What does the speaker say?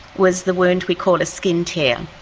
was the wound we call a skin tear.